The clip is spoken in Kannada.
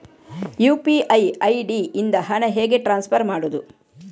ಯು.ಪಿ.ಐ ಐ.ಡಿ ಇಂದ ಹಣ ಹೇಗೆ ಟ್ರಾನ್ಸ್ಫರ್ ಮಾಡುದು?